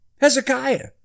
Hezekiah